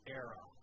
era